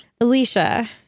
Alicia